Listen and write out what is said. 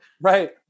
right